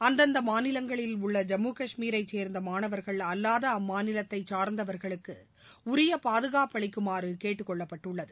அந்தந்த மாநிலங்களில் உள்ள ஜம்மு கஷ்மீரைச் சே்ந்த மாணவர்கள் அல்லத அம்மாநிலத்தைச் சார்ந்தவர்களுக்கு உரிய பாதுகாப்பு அளிக்குமாறு கேட்டுக் கொள்ளப்பட்டுள்ளது